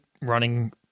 running